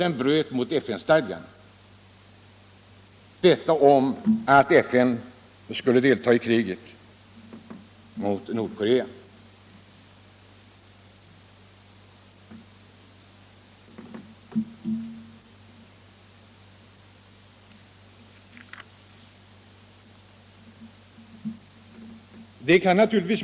Han sade att säkerhetsrådet inte kunde antaga en dylik resolution, då den bröt mot FN-stadgan.